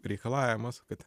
reikalavimas kad